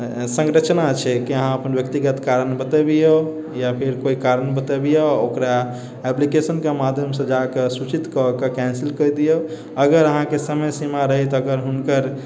संरचना छै कि अहाँ अपन व्यक्तिगत कारण बतबियौ या फेर कोइ कारण बतबियौ ओकरा एप्लिकेशनके माध्यमसँ जाकऽ सूचित कए कऽ कैन्सिल कऽ दियौ अगर अहाँके समय सीमा रहैत अगर हुनकर